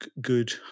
good